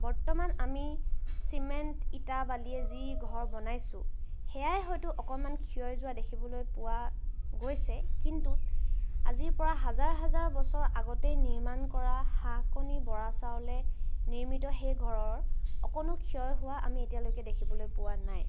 বৰ্তমান আমি চিমেণ্ট ইটা বালিয়ে যি ঘৰ বনাইছোঁ সেয়াই হয়তো অকণমান ক্ষয় যোৱা দেখিবলৈ পোৱা গৈছে কিন্তু আজিৰ পৰা হাজাৰ হাজাৰ বছৰ আগতেই নিৰ্মাণ কৰা হাঁহকণী বৰাচাউলে নিৰ্মিত সেই ঘৰৰ অকণো ক্ষয় হোৱা আমি এতিয়ালৈকে দেখিবলৈ পোৱা নাই